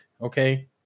okay